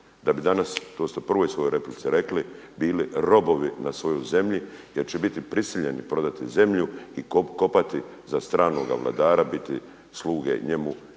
da bi danas, to ste u prvoj svojoj replici rekli, bili robovi na svojoj zemlji jer će biti prisiljeni prodati zemlju i kopati za stranoga vladara, biti sluge na njemu